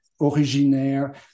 originaires